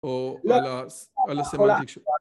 או על הסמנטיק ש...